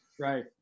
right